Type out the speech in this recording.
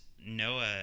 Noah